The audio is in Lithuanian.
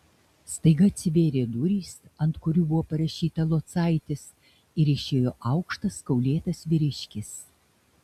staiga atsivėrė durys ant kurių buvo parašyta locaitis ir išėjo aukštas kaulėtas vyriškis